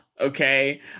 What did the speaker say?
Okay